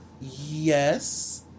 Yes